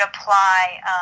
apply